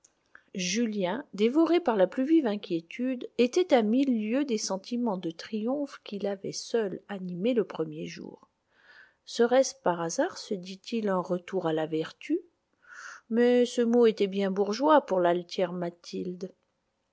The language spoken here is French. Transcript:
julien dévoré par la plus vive inquiétude était à mille lieues des sentiments de triomphe qui l'avaient seuls animé le premier jour serait-ce par hasard se dit-il un retour à la vertu mais ce mot était bien bourgeois pour l'altière mathilde